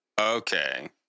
Okay